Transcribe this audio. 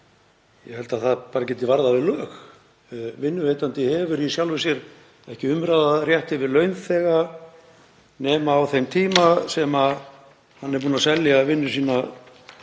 Ég held að það geti bara varðað við lög. Vinnuveitandi hefur í sjálfu sér ekki umráðarétt yfir launþega nema á þeim tíma sem hann er búinn að selja vinnu sína